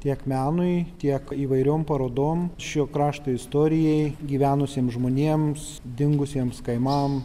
tiek menui tiek įvairiom parodom šio krašto istorijai gyvenusiems žmonėms dingusiems kaimam